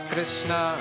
Krishna